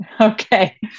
Okay